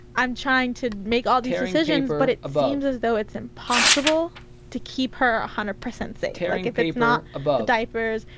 i'm trying to make all these decisions. but it seems as though it's impossible to keep her one hundred percent safe. like if it's not the diapers,